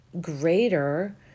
greater